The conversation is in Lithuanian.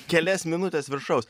kelias minutes viršaus